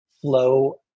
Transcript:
flow